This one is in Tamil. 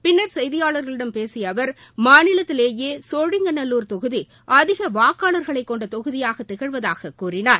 பின்னர் செய்தியாளர்களிடம் பேசிய அவர் மாநிலத்திலேயே சோழிங்கநல்லூர் தொகுதி அதிக வாக்காளர்களைக் கொண்ட தொகுதியாக திகழ்வதாகக் கூறினார்